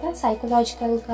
psychological